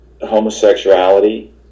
homosexuality